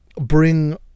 bring